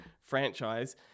franchise